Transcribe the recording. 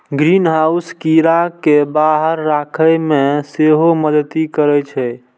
greenhouse कीड़ा कें बाहर राखै मे सेहो मदति करै छै